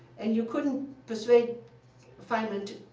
and you couldn't persuade feynman